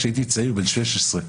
כשהייתי צעיר בן 16,